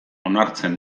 onartzen